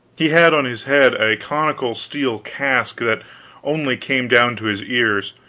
he had on his head a conical steel casque that only came down to his ears,